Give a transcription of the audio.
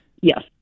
yes